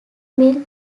mill